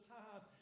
time